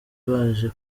baje